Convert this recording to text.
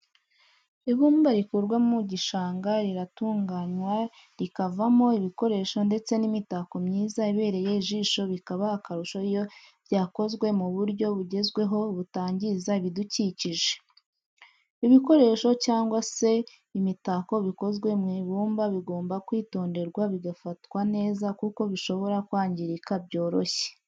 Ibumba rikurwa mu gishanga riratunganywa rikavamo ibikoresho ndetse n'imitako myiza ibereye ijisho bikaba akarusho iyo byakozwe mu buryo bugezweho butangiza ibidukikije. ibikoresho cyangwa se imitako bikozwe mu ibumba bigomba kwitonderwa bigafatwa neza kuko bishobora kwangirika byoroshye.